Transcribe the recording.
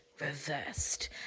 Reversed